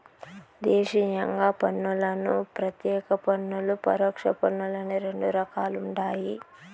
దేశీయంగా పన్నులను ప్రత్యేక పన్నులు, పరోక్ష పన్నులని రెండు రకాలుండాయి